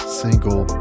single